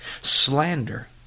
slander